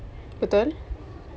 betul